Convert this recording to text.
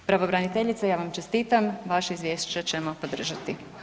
Pravobraniteljice ja vam čestitam, vaše izvješće ćemo podržati.